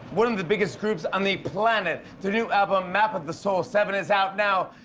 one of the biggest groups on the planet. their new album, map of the soul seven, is out now.